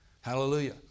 Hallelujah